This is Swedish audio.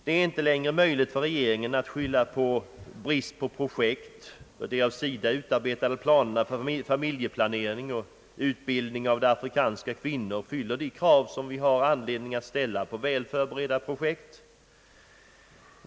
Det är inte längre möjligt för regeringen att skylla på brist på projekt. De av SIDA utarbetade planerna för familjeplanering och utbildning av afrikanska kvinnor fyller de krav som vi har anledning att ställa på väl förberedda projekt.